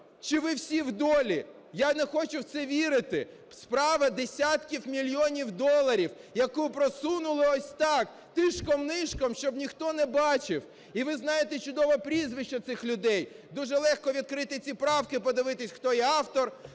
чи ви всі в долі? Я не хочу в це вірити. Справа десятків мільйонів доларів, яку просунули ось так, тишком-нишком, щоб ніхто не бачив. І ви знаєте чудово прізвища цих людей, дуже легко відкрити ці правки, подивитись, хто є автор,